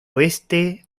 oeste